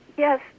Yes